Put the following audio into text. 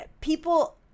people